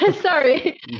sorry